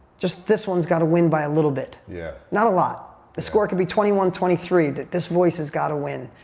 just this one has got to win by a little bit. yeah not a lot. the score could be twenty one, twenty three. this voice has got to win.